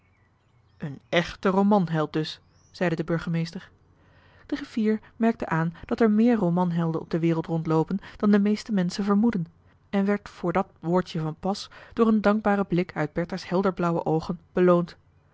een echte romanheld dus zeide de burgemeester de griffier merkte aan dat er meer romanhelden op de wereld rondloopen dan de meeste menschen vermoeden en werd voor dat woordje van pas door een dankbaren blik uit bertha's helder blauwe oogen beloond